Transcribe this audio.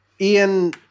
Ian